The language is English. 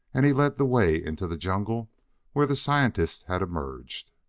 and he led the way into the jungle where the scientist had emerged.